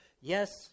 Yes